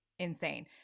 insane